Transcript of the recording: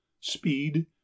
Speed